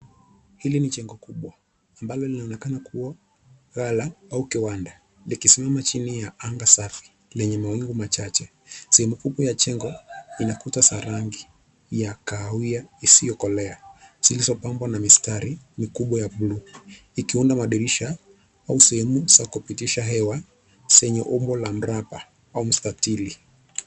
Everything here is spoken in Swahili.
Hili ni jengo kubwa ambalo linaonekana kuwa ghala au kiwanda likisimama chini ya anga safi lenye mawingu machache. Sehemu kubwa ya jengo ina kuta za rangi ya kahawia isiyokolea zilizopambwa na mistari mikubwa ya buluu ikiunda madirisha au sehemu za kupitisha hewa zenye umbo la mraba au mstatili.